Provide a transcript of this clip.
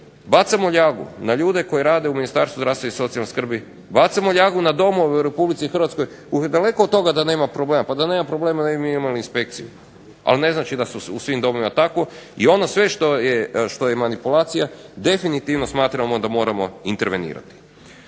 bacamo ljagu na ljude koji rade u Ministarstvu zdravstva i socijalne skrbi, bacamo ljagu na domove u Republici Hrvatskoj, daleko od toga da nema problema, da nema problema ne bi mi imali inspekciju, ali ne znači da su u svim domovima takvi i ono sve što je manipulacija definitivno smatramo da moramo intervenirati.